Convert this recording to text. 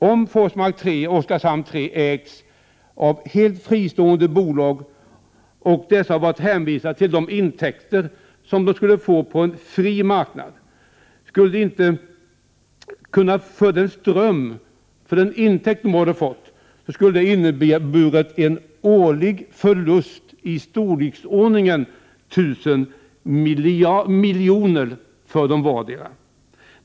Om Forsmark 3 och Oskarshamn 3 hade ägts av helt fristående bolag och varit hänvisade till de intäkter som de på en fri marknad skulle ha fått in på den ström som de producerade, hade den årliga förlusten varit i storleksordningen 1 000 miljoner för vardera företaget.